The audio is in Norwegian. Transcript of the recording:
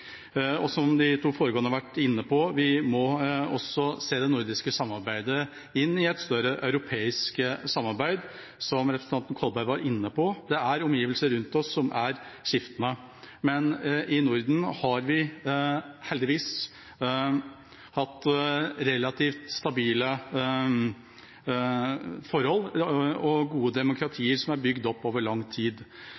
Og som de to foregående har vært inne på: Vi må også se det nordiske samarbeidet inn i et større europeisk samarbeid, slik representanten Kolberg var inne på. Det er omgivelser rundt oss som er skiftende, men i Norden har vi heldigvis hatt relativt stabile forhold og gode